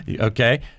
Okay